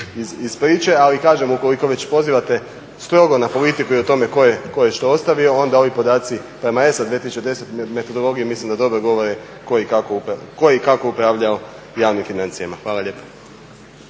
iz priče, ali kažem ukoliko već pozivate strogo na politiku i o tome ko je što ostavio, onda ovi podaci prema ESA 2010. metodologiji, mislim da dobro govore ko i kako upravlja, ko je i kako upravljao javnim financijama. Hvala lijepa.